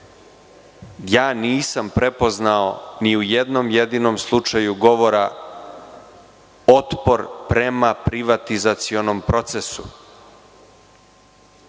ja nisam prepoznao ni u jednom jedinom slučaju govora otpor prema privatizacionom procesu.